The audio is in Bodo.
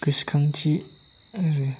गोसोखांथि आरो